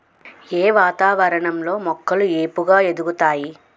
ఏ వాతావరణం లో మొక్కలు ఏపుగ ఎదుగుతాయి?